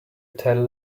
tell